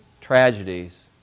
tragedies